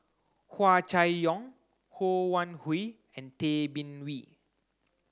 Hua Chai Yong Ho Wan Hui and Tay Bin Wee